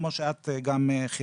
כמו שגם את כיוונת.